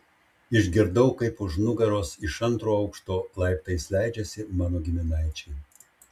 išgirdau kaip už nugaros iš antro aukšto laiptais leidžiasi mano giminaičiai